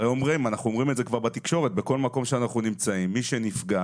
אנחנו אומרים בכל מקום שמי שנפגע